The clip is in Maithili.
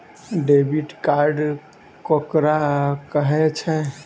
डेबिट कार्ड ककरा कहै छै?